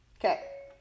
Okay